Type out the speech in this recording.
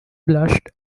blushed